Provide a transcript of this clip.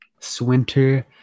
Swinter